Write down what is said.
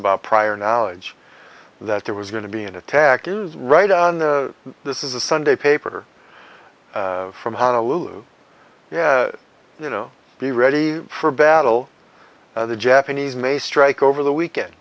about prior knowledge that there was going to be an attack is right on this is a sunday paper from honolulu yeah you know be ready for battle the japanese may strike over the weekend